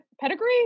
Pedigree